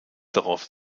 darauf